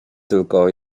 tylko